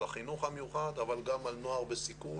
החינוך המיוחד אבל גם על נוער בסיכון,